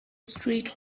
street